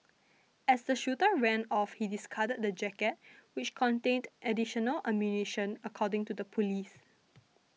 as the shooter ran off he discarded the jacket which contained additional ammunition according to the police